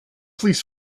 police